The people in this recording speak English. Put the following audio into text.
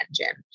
engine